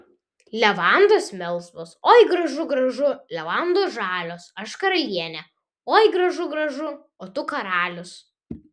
levandos melsvos oi gražu gražu levandos žalios aš karalienė oi gražu gražu o tu karalius